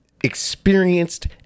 experienced